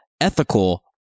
ethical